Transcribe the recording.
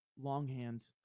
longhand